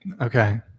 Okay